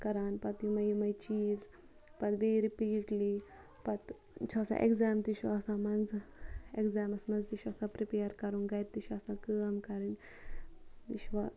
کَران پَتہٕ یِمے یِمے چیٖز پَتہٕ بیٚیہِ رِپیٖٹلی پَتہٕ چھِ آسان اٮ۪گزام تہِ چھُ آسان مَنزٕ اٮ۪گزامَس مَنٛز تہِ چھُ آسان پرپیَر کَرُن گَرِ تہِ چھُ آسان کٲم کَرٕنۍ یہِ چھُ